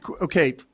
Okay